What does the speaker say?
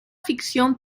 ficción